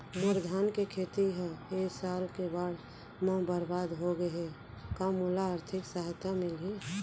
मोर धान के खेती ह ए साल के बाढ़ म बरबाद हो गे हे का मोला आर्थिक सहायता मिलही?